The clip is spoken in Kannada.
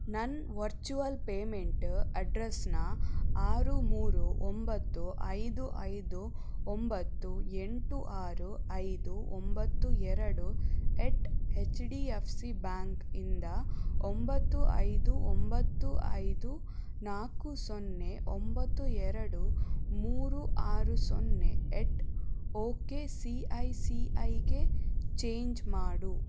ನನ್ನ ವರ್ಚುವಲ್ ಪೇಮೆಂಟ ಅಡ್ರಸನ್ನ ಆರು ಮೂರು ಒಂಬತ್ತು ಐದು ಐದು ಒಂಬತ್ತು ಎಂಟು ಆರು ಐದು ಒಂಬತ್ತು ಎರಡು at H D F C ಬ್ಯಾಂಕಿಂದ ಒಂಬತ್ತು ಐದು ಒಂಬತ್ತು ಐದು ನಾಲ್ಕು ಸೊನ್ನೆ ಒಂಬತ್ತು ಎರಡು ಮೂರು ಆರು ಸೊನ್ನೆ at ok C I C ಐಗೆ ಚೇಂಜ್ ಮಾಡು